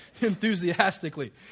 enthusiastically